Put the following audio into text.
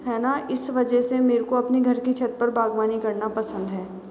है ना इस वजह से मेरे को अपनी घर की छत पर बागवानी करना पसंद है